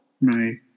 Right